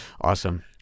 Awesome